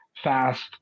fast